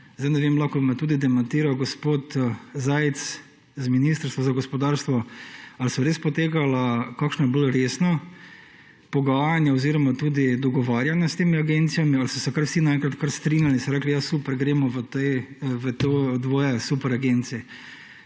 Zdaj ne vem, lahko bi me tudi demantiral gospod Zajc z Ministrstva za gospodarstvo, ali so res potekala kakšna bolj resna pogajanja oziroma tudi dogovarjanja s temi agencijami ali so se vsi naenkrat kar strinjali in so rekli, ja, super, gremo v ti dve superagenciji.